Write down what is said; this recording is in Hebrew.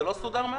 זה לא סודר מאז?